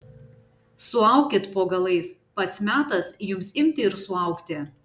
suaukit po galais pats metas jums imti ir suaugti